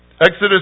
Exodus